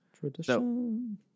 Tradition